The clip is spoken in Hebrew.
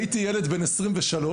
הייתי ילד בן 23,